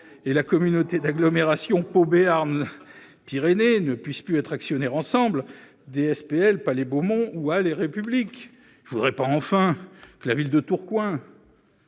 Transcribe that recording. et la communauté d'agglomération Pau Béarn Pyrénées ne puissent plus être actionnaires ensemble des SPL Palais Beaumont ou Halles et République. Je ne voudrais pas, enfin, que la ville de Tourcoing ...